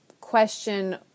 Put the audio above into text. question